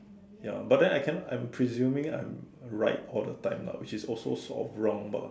ya but then I cannot I'm presuming I'm right all the time lah which is also sort of wrong but